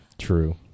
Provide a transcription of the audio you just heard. true